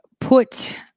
put